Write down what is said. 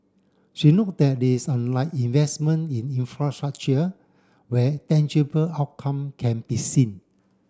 she noted that it's unlike investment in infrastructure where tangible outcome can be seen